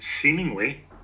seemingly